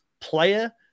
player